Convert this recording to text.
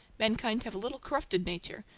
mankind have a little corrupted nature,